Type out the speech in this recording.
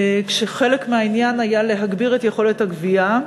כשחלק מהעניין היה להגביר את יכולת הגבייה,